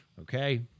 Okay